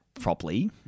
properly